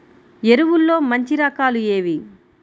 ఎరువుల్లో మంచి రకాలు ఏవి?